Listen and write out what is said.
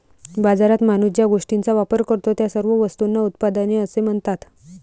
बाजारात माणूस ज्या गोष्टींचा वापर करतो, त्या सर्व वस्तूंना उत्पादने असे म्हणतात